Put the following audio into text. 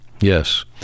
Yes